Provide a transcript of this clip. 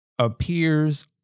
appears